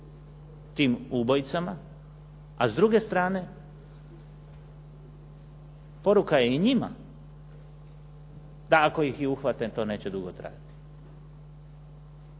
tim ubojicama, a s druge strane poruka je i njima da ako ih i uhvate, to neće dugo trajati.